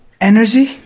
energy